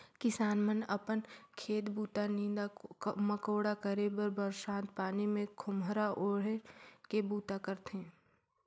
किसान मन अपन खेत बूता, नीदा मकोड़ा करे बर बरसत पानी मे खोम्हरा ओएढ़ के बूता करथे